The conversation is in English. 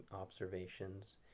observations